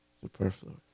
superfluous